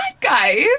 guys